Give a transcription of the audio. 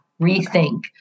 rethink